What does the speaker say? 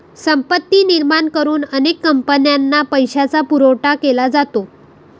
संपत्ती निर्माण करून अनेक कंपन्यांना पैशाचा पुरवठा केला जातो